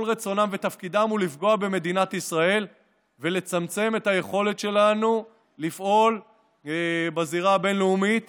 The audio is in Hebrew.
הוא לפגוע במדינת ישראל ולצמצם את היכולת שלנו לפעול בזירה הבין-לאומית